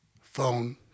phone